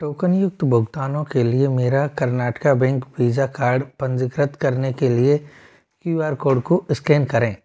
token युक्त भुगतानों के लिए मेरा कर्नाटका बैंक वीज़ा कार्ड पंजीकृत करने के लिए क्यू आर कोड को स्कैन करें